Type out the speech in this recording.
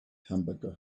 hamburger